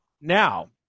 Now